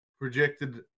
projected